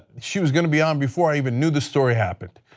she was going to be on before i even knew the story happened,